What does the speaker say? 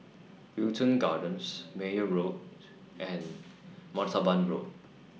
Wilton Gardens Meyer Road and Martaban Road